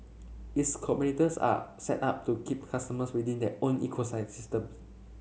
its competitors are set up to keep customers within their own ecosystems